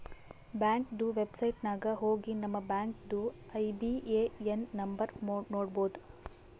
ಬ್ಯಾಂಕ್ದು ವೆಬ್ಸೈಟ್ ನಾಗ್ ಹೋಗಿ ನಮ್ ಬ್ಯಾಂಕ್ದು ಐ.ಬಿ.ಎ.ಎನ್ ನಂಬರ್ ನೋಡ್ಬೋದ್